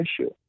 issue